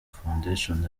foundation